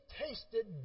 tasted